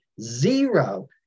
Zero